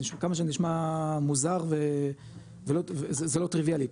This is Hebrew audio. זה כמה שזה נשמע מוזר ולא זה לא טריוויאלי,